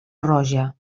roja